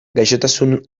gaixotasun